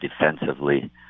defensively